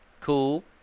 Cool